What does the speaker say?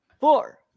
Four